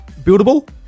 buildable